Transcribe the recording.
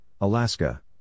Alaska